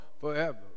Forever